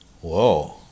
Whoa